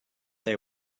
they